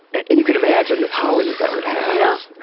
and and you can imagine the power that that would have yeah